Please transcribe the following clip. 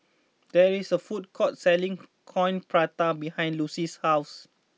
there is a food court selling Coin Prata behind Lucy's house